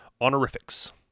honorifics